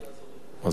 אז מה זה אומר?